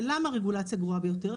ולמה הרגולציה הגרועה ביותר?